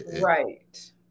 Right